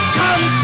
come